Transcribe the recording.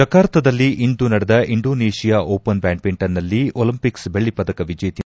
ಜಕಾರ್ತಾದಲ್ಲಿ ಇಂದು ನಡೆದ Indonesia Open ಬ್ವಾಡ್ಸಿಂಟನ್ನಲ್ಲಿ ಒಲಿಂಪಿಕ್ ಬೆಳ್ಳಿ ಪದಕ ವಿಜೇತೆ ಪಿ